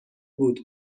بود